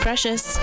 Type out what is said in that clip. Precious